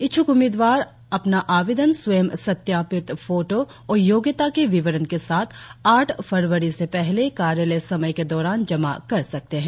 इच्छुक उम्मीदवार अपना आवेदन स्वंय सत्यापित फोटों और योग्यता के विवरण के साथ आठ फरवरी से पहले कार्यालय समय के दौरान जमा कर सकते है